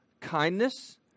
kindness